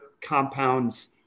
compounds